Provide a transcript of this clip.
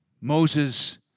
Moses